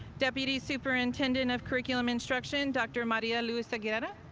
deputy superintendent of curriculum instruction, dr. maria luisa guerra,